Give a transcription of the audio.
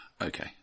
Okay